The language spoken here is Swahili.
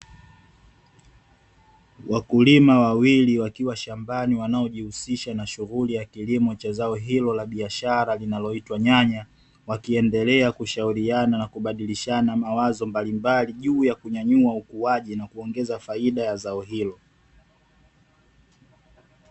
Wakulima wawili wakiwa shambani wanaojihusisha na shughuli ya kilimo cha zao hilo la biashara linaloitwa nyanya wakiendelea kushauriana na kubadilishana mawazo juu ya kunyanyua ukuaji na kuongeza faida ya zao hilo.